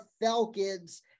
Falcons